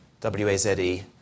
W-A-Z-E